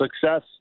success